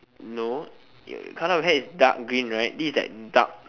no uh colour of the hair is dark green right this is like dark